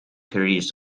careers